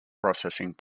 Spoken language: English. processing